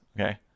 Okay